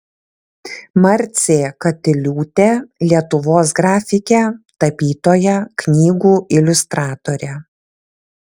marcė katiliūtė lietuvos grafikė tapytoja knygų iliustratorė